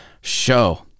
Show